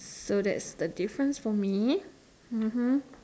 so that's the difference for me mmhmm